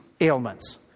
ailments